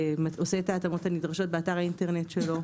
והוא עושה את ההתאמות הנדרשות באתר האינטרנט שלו,